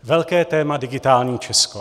Velké téma digitální Česko.